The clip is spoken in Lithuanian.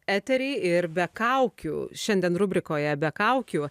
eterį ir be kaukių šiandien rubrikoje be kaukių